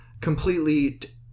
completely